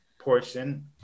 portion